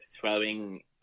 throwing